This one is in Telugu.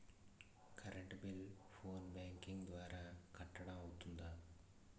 కరెంట్ బిల్లు ఫోన్ బ్యాంకింగ్ ద్వారా కట్టడం అవ్తుందా?